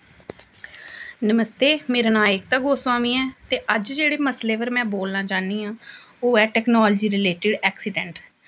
नमस्ते मेरा नांऽ एकता गोस्वामी ऐ ते अज्ज जेह्ड़े मसले पर में बोलना चाह्न्नी आं ओह् ऐ टैकनॉलजी रिलेटिड ऐक्सिडैंट